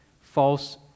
false